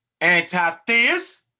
anti-theist